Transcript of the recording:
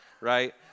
right